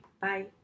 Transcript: Bye